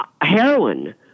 heroin